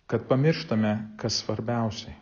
kad pamirštame kas svarbiausiai